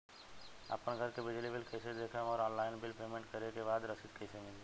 आपन घर के बिजली बिल कईसे देखम् और ऑनलाइन बिल पेमेंट करे के बाद रसीद कईसे मिली?